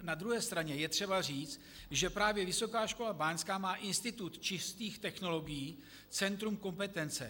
Na druhé straně je třeba říct, že právě Vysoká škola báňská má Institut čistých technologií, centrum kompetence.